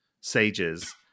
sages